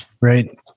Right